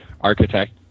architect